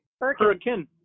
Hurricane